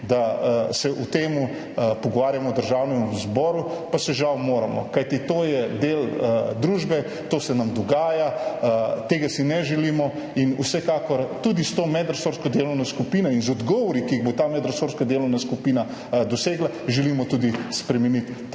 da se o tem pogovarjamo v Državnem zboru, pa se žal moramo, kajti to je del družbe, to se nam dogaja, tega si ne želimo in vsekakor tudi s to medresorsko delovno skupino in z odgovori, ki jih bo ta medresorska delovna skupina dosegla, želimo tudi spremeniti tako